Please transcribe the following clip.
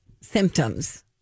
symptoms